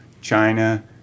China